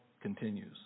continues